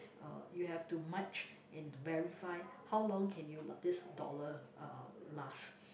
uh you have to merge and verify how long can you last this dollar uh last